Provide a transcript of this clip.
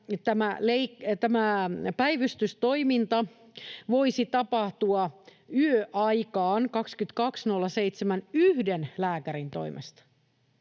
tämä päivystystoiminta voisi tapahtua yöaikaan 22—07 yhden lääkärin toimesta.